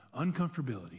uncomfortability